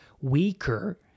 weaker